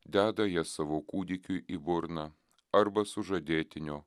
deda ją savo kūdikiui į burną arba sužadėtinio